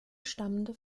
stammende